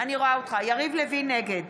נגד